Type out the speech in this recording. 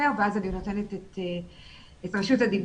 דבר